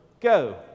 Go